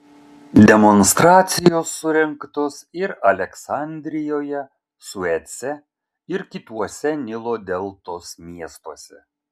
demonstracijos surengtos ir aleksandrijoje suece ir kituose nilo deltos miestuose